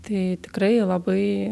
tai tikrai labai